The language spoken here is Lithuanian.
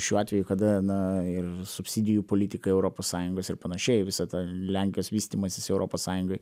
šiuo atveju kada na ir subsidijų politika europos sąjungos ir panašiai visa ta lenkijos vystymasis europos sąjungoj